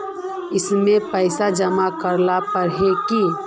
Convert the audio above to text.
इसमें पैसा जमा करेला पर है की?